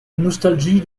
nostalgie